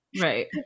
Right